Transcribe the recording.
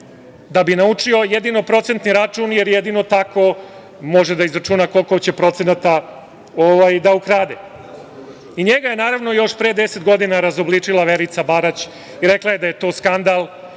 da bi naučio jedino procentni račun, jer jedino tako može da izračuna koliko će procenata da ukrade. Njega je, naravno, još pre deset godina razobličila Verica Barać, kada je rekla da je to skandal